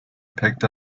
picked